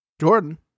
Jordan